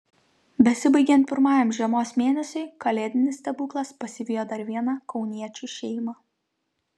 besibaigiant pirmajam žiemos mėnesiui kalėdinis stebuklas pasivijo dar vieną kauniečių šeimą